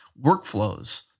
workflows